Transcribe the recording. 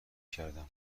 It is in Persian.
کردم